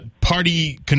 Party